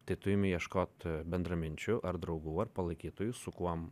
tai tu imi ieškot bendraminčių ar draugų ar palaikytojų su kuom